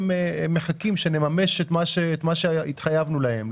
הם מחכים שנממש את מה שהתחייבנו להם.